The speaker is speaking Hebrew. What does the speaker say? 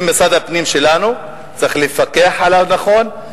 אם משרד הפנים שלנו, צריך לפקח עליו נכון,